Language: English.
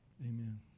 amen